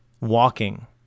walking